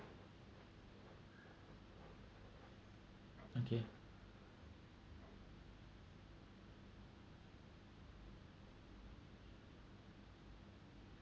okay